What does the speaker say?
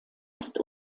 ist